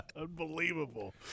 Unbelievable